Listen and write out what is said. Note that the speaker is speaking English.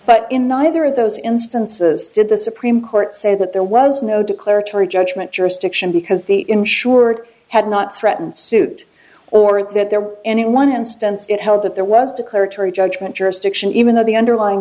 in neither of those instances did the supreme court say that there was no declaratory judgment jurisdiction because the insured had not threatened suit or that there were any one instance it held that there was declaratory judgment jurisdiction even though the underlying